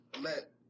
let